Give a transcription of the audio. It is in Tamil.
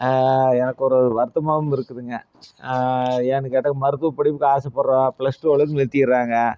எனக்கு ஒரு வருத்தமாகவும் இருக்குதுங்க ஏன்னெனு கேட்டால் மருத்துவப் படிப்புக்கு ஆசைப்பட்றோம் ப்ளஸ் டூ அளவுக்கு நிறுத்திடுறாங்க